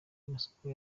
amasoko